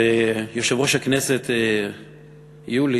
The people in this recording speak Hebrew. ויושב-ראש הכנסת יולי